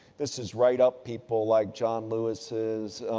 this is right up people like john lewis's,